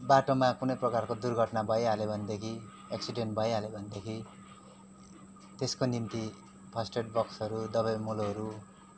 बाटोमा कुनै प्रकारको दुर्घटना भइहाल्यो भनेदेखि एक्सिडेन्ट भइहाल्यो भनेदेखि त्यसको निम्ति फर्स्ट एड बक्सहरू दबाई मुलोहरू